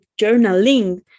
journaling